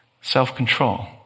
Self-control